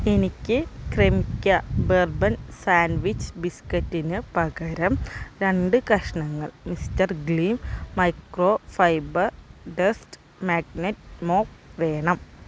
എനിക്ക് Cremica bourbon sandwich ബിസ്ക്കറ്റിന് പകരം രണ്ട് കഷ്ണങ്ങൾ Mr Gleam microfibre dust magnet mop വേണം